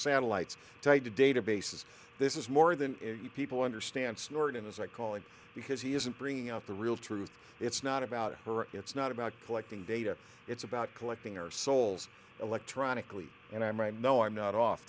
satellites tied to databases this is more than you people understand stored in as i call it because he isn't bringing out the real truth it's not about her it's not about collecting data it's about collecting our souls electronically and i'm right no i'm not off